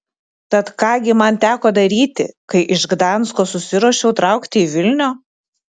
tad ką gi man teko daryti kai iš gdansko susiruošiau traukti į vilnių